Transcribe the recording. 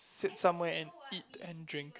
sit somewhere and eat and drink